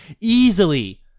Easily